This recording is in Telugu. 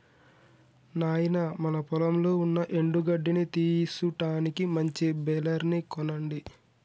నాయినా మన పొలంలో ఉన్న ఎండు గడ్డిని తీసుటానికి మంచి బెలర్ ని కొనండి